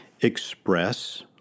express